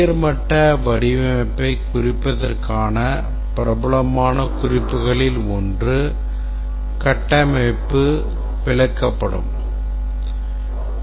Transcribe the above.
உயர்மட்ட வடிவமைப்பைக் குறிப்பதற்கான பிரபலமான குறிப்புகளில் ஒன்று கட்டமைப்பு விளக்கப்படம்